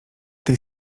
tej